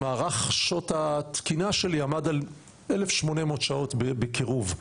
מערך שעות התקינה שלי עמד על 1800 שעות בקירוב,